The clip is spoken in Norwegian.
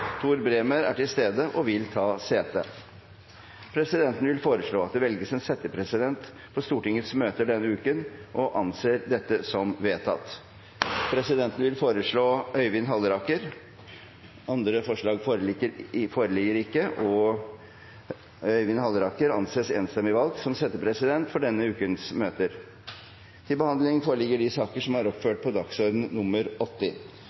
Tor Bremer er til stede og vil ta sete. Presidenten vil foreslå at det velges en settepresident for Stortingets møter denne uken – og anser det som vedtatt. Presidenten vil foreslå Øyvind Halleraker. – Andre forslag foreligger ikke, og Øyvind Halleraker anses enstemmig valgt som settepresident for denne ukens møter. Før sakene på dagens kart tas opp til behandling,